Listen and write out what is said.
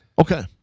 Okay